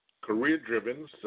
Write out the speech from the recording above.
Career-driven